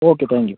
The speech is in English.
okay thank you